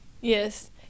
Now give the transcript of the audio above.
Yes